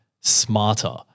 smarter